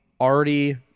already